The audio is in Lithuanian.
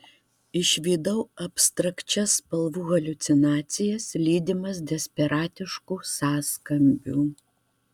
išvydau abstrakčias spalvų haliucinacijas lydimas desperatiškų sąskambių